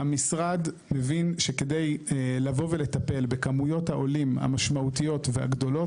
המשרד מבין שכדי לבוא ולטפל בכמויות העולים המשמעותיות והגדולות,